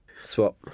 swap